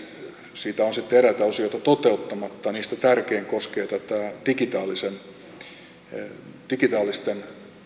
siitä on eräitä osioita toteuttamatta ja niistä tärkein koskee tätä digitaalisten